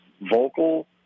vocal –